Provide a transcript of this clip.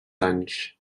anys